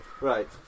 Right